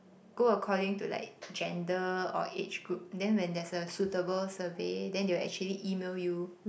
go according to like gender or age group then when there's a suitable survey then they will actually email you